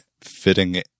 fitting